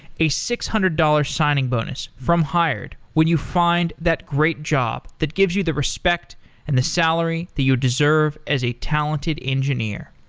a six hundred dollars signing bonus from hired when you find that great job that gives you the respect and the salary that you deserve as a talented engineer.